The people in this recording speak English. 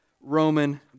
Roman